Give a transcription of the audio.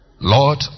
lord